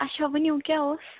اَچھا ؤنِو کیٛاہ اوس